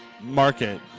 Market